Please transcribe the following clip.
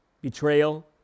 betrayal